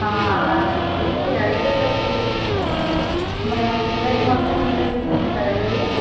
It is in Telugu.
అలాగా అండి అయితే ఫుడ్ మరి ఫుడ్ అది మొత్తం మీరే చూసుకుంటారాండి